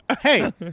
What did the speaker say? Hey